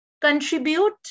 contribute